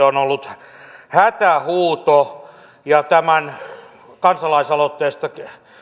on ollut hätähuuto tämän kansalaisaloitteesta